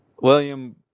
william